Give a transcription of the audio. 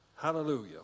Hallelujah